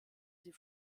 sie